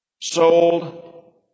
sold